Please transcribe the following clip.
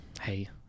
hey